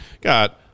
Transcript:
Got